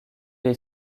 est